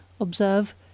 observe